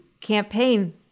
campaign